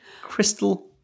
crystal